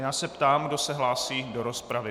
Já se ptám, kdo se hlásí do rozpravy.